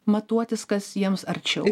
matuotis kas jiems arčiau